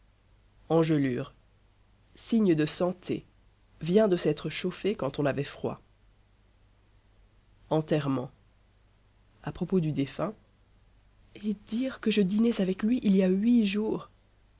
engelure signe de santé vient de s'être chauffé quand on avait froid enterrement a propos du défunt et dire que je dînais avec lui il y a huit jours